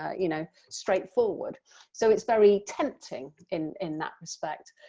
you know, straightforward so it's very tempting in in that respect,